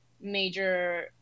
major